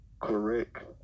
correct